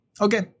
Okay